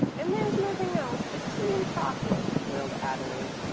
and there's nothing else but tea and chocolate, wailed adelaide.